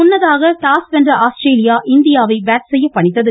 முன்னதாக டாஸ் வென்ற ஆஸ்திரேலியா இந்தியாவை பேட் செய்ய பணித்தது